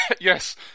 Yes